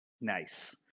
Nice